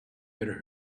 better